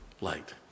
Light